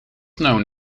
known